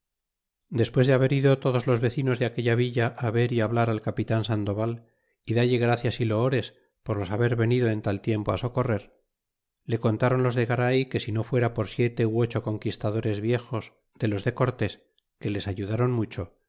pues de haber ido todos los vecinos de aquella villa ver y hablara capitan sandoval y dalle gracias y loores por los haber venido en tal tiempo socorrer le contron los de garay que si no fuera por siete ó ocho conquistadores viejos de los de cortés que les ayudron mucho